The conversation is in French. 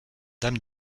dame